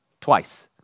Twice